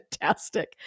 fantastic